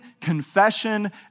confession